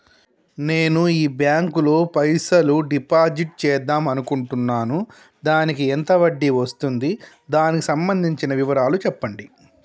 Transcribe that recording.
నేను ఈ బ్యాంకులో పైసలు డిసైడ్ చేద్దాం అనుకుంటున్నాను దానికి ఎంత వడ్డీ వస్తుంది దానికి సంబంధించిన వివరాలు చెప్పండి?